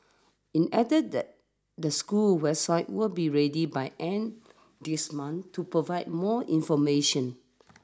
it added that the school's website will be ready by end this month to provide more information